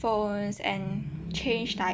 phones and change like